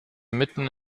mitten